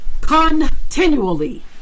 continually